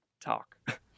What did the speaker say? talk